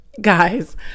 Guys